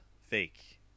fake